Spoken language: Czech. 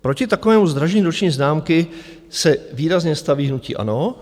Proti takovému zdražení roční známky se výrazně staví hnutí ANO.